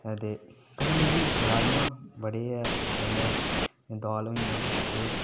ते कन्नै मिगी राजमा बड़े गै पसंद न दाल होइयां एह्